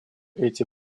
эти